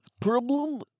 Problem